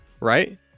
right